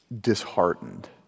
disheartened